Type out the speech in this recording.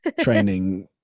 training